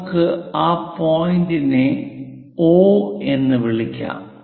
നമുക്ക് ആ പോയിന്റിനെ O എന്ന് വിളിക്കാം